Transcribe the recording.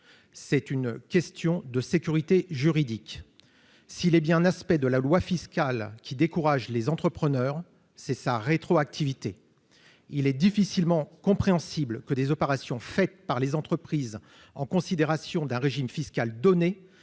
c'est une question de sécurité juridique s'il est bien un aspect de la loi fiscale qui décourage les entrepreneurs, c'est sa rétroactivité, il est difficilement compréhensible que des opérations faites par les entreprises en considération d'un régime fiscal donné